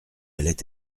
allait